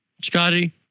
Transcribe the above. Scotty